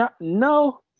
no